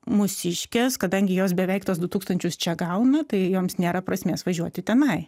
mūsiškės kadangi jos beveik tuos du tūkstančius čia gauna tai joms nėra prasmės važiuoti tenai